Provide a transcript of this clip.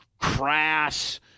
Crass